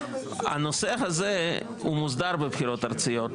הנושא הזה הוא מוסדר בבחירות ארציות,